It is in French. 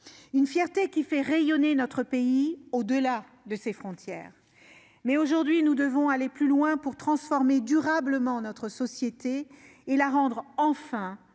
collective, qui fait rayonner notre pays au-delà de ses frontières. Mais nous devons aujourd'hui aller plus loin pour transformer durablement notre société et la rendre enfin